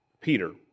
Peter